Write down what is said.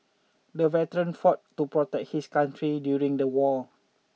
the veteran fought to protect his country during the war